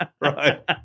right